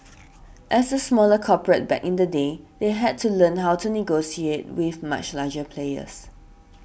as a smaller corporate back in the day they had to learn how to negotiate with much larger players